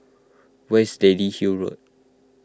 where's Lady Hill Road